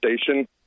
station